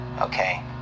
okay